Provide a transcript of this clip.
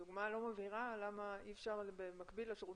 הדוגמה לא מבהירה למה אי אפשר במקביל לשירות